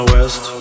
West